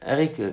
Eric